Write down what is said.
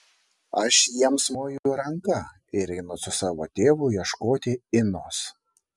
aš jiems moju ranka ir einu su savo tėvu ieškoti inos